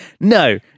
No